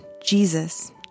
Jesus